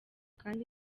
kandi